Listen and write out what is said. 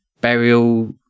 burial